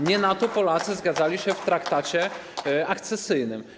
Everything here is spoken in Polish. Nie na to Polacy zgadzali się w traktacie akcesyjnym.